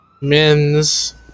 men's